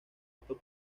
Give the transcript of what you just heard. estos